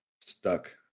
stuck